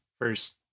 first